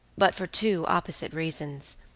but for two opposite reasons.